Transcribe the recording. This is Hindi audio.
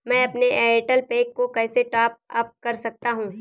मैं अपने एयरटेल पैक को कैसे टॉप अप कर सकता हूँ?